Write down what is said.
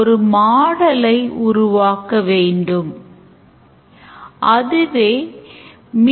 இதற்கு actor மாணவர் ஏனென்றால் மாணவர் அதை initiate செய்கிறார்